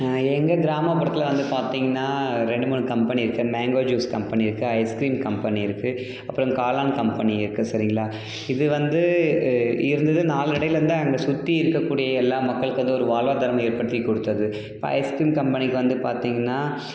எங்கள் கிராமப்புறத்தில் வந்து பார்த்தீங்கன்னா ரெண்டு மூணு கம்பெனி இருக்குது மேங்கோ ஜூஸ் கம்பெனி இருக்குது ஐஸ்கிரீம் கம்பெனி இருக்குது அப்புறம் இந்த காளான் கம்பெனி இருக்குது சரிங்களா இது வந்து இருந்தது நாளடைவில அந்த சுத்தி இருக்கக்கூடிய எல்லா மக்களுக்கும் வந்து ஒரு வாழ்வாதாரம ஏற்படுத்திக் கொடுத்தது இப்போ ஐஸ்கிரீம் கம்பெனிக்கு வந்து பார்த்தீங்கன்னா